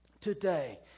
today